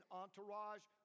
entourage